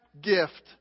gift